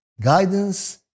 Guidance